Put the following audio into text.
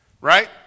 Right